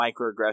microaggressions